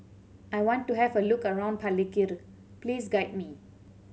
I want to have a look around Palikir please guide me